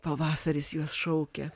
pavasaris juos šaukia